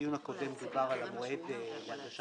בדיון הקודם דובר על המועד בקשר